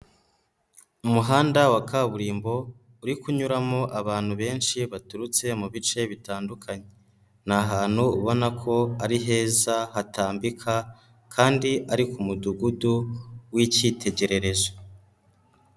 Umuhanda wa kaburimbo uri kunyuramo abantu benshi baturutse mu bice bitandukanye, ni ahantu ubona ko ari heza hatambika kandi ari ku mudugudu w'icyitegererezo.